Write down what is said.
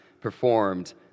performed